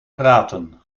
praten